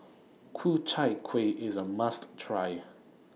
Ku Chai Kueh IS A must Try